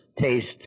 taste